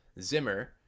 zimmer